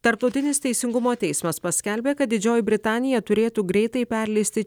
tarptautinis teisingumo teismas paskelbė kad didžioji britanija turėtų greitai perleisti